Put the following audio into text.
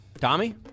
Tommy